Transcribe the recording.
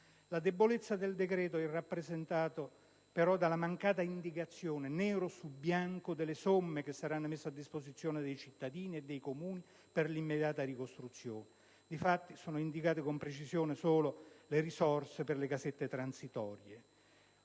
La debolezza del decreto è rappresentata però dalla mancata indicazione, nero su bianco, delle somme che saranno messe a disposizione dei cittadini e dei Comuni per l'immediata ricostruzione. Di fatto, sono indicate con precisione solo le risorse per le casette transitorie.